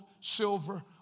silver